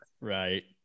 Right